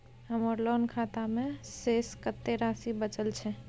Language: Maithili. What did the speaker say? हमर लोन खाता मे शेस कत्ते राशि बचल छै?